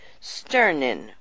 Sternin